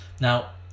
Now